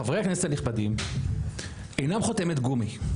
חברי הכנסת הנכבדים אינם חותמת גומי.